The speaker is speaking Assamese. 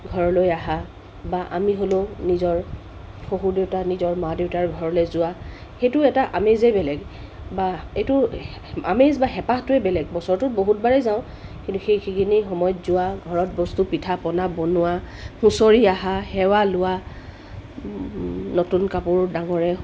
ঘৰলৈ আহা বা আমি হ'লেও নিজৰ শহুৰ দেউতা নিজৰ মা দেউতাৰ ঘৰলৈ যোৱা সেইটো এটা আমেজেই বেলেগ বা এইটো আমেজ বা হেপাহটোয়ে বেলেগ বছৰটোত বহুতবাৰে যাওঁ কিন্তু সেইখিনি সময়ত যোৱা ঘৰত বস্তু পিঠা পনা বনোৱা হুঁচৰি আহা সেৱা লোৱা নতুন কাপোৰ ডাঙৰে